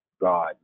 God